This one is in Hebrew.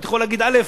אתה יכול להגיד א',